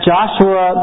Joshua